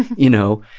you know?